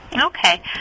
Okay